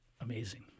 Amazing